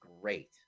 great